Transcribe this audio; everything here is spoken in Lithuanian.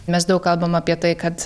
mes daug kalbam apie tai kad